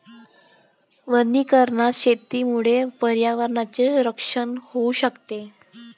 वनीकरण शेतीमुळे पर्यावरणाचे रक्षण होऊ शकते